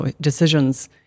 decisions